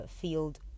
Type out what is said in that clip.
field